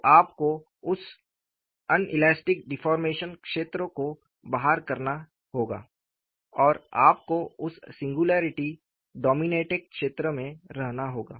तो आपको उस अनइल्यास्टिक डेफोर्मेशन क्षेत्र को बाहर करना होगा और आपको उस सिंगुलरिटी डोमिनेटेड क्षेत्र में रहना होगा